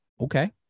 Okay